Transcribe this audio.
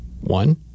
one